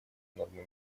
нормы